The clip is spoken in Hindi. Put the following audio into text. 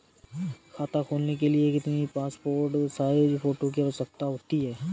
खाता खोलना के लिए कितनी पासपोर्ट साइज फोटो की आवश्यकता होती है?